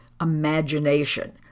imagination